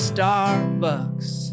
Starbucks